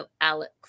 Alex